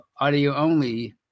audio-only